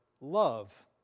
love